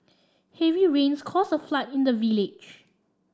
heavy rains caused a flood in the village